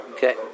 Okay